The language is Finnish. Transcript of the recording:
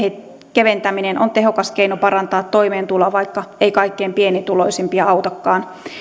keventäminen on tehokas keino parantaa toimeentuloa vaikka se ei kaikkein pienituloisimpia autakaan